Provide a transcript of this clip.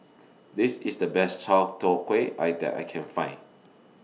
This IS The Best Chai Tow Kuay that I Can Find